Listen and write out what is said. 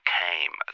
came